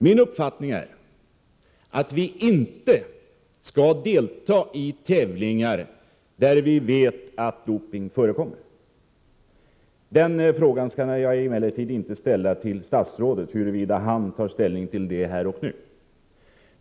Min uppfattning är att vi inte skall delta i tävlingar där vi vet att doping förekommer. Jag skall emellertid inte ställa frågan till statsrådet huruvida han vill ta ställning till detta här och nu.